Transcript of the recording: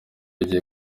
igiye